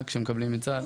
המענק שהם מקבלים מצה"ל,